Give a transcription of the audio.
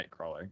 Nightcrawler